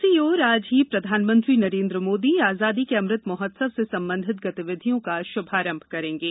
दूसरी ओर आज ही प्रधानमंत्री नरेन्द्र मोदी आजादी के अमृत महोत्सव से संबंधित गतिविधियों का शुभारम करेंगे